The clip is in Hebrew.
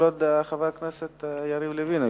כל עוד חבר הכנסת יריב לוין,